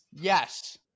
Yes